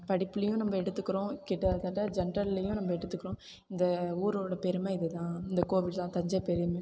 படிப்புலேயும் நம்ம எடுத்துக்கிறோம் கிட்டத்தட்ட ஜென்ரல்லேயும் நம்ம எடுத்துக்கிறோம் இந்த ஊரோடய பெருமை இதுதான் இந்த கோவில் தான் தஞ்சை பெரிய